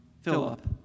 Philip